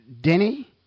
Denny